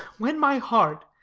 when my heart,